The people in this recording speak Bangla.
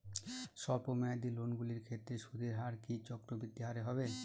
স্বল্প মেয়াদী লোনগুলির ক্ষেত্রে সুদের হার কি চক্রবৃদ্ধি হারে হবে?